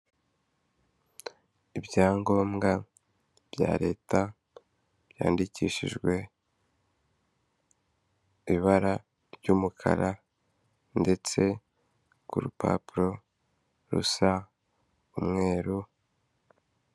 Ibyangombwa bya leta byandikishijwe ibara ry'umukara ndetse ku rupapuro rusa umweru.